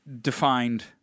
defined